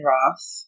Roth